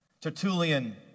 Tertullian